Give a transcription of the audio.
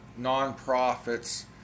nonprofits